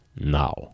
now